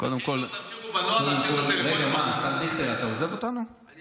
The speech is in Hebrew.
הכי טוב שתמשיכו בנוהל להשאיר את הטלפונים בכניסה.